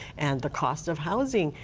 and the cost of housing.